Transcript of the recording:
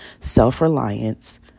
self-reliance